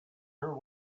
her